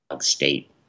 state